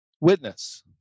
witness